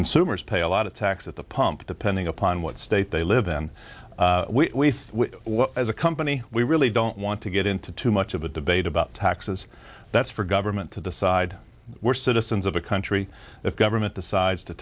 consumers pay a lot of tax at the pump depending upon what state they live then we as a company we really don't want to get into too much of a debate about taxes that's for government to decide we're citizens of the country that government decides to